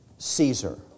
Caesar